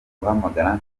guhamagara